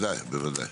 בוודאי, בוודאי.